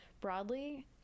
broadly